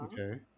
Okay